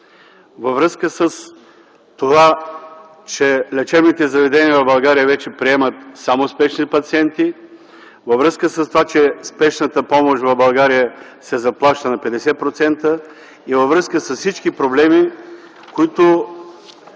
във връзка с това, че лечебните заведения в България вече приемат само спешни пациенти, във връзка с това, че спешната помощ в България се заплаща на 50% и във връзка с всички проблеми, които